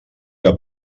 que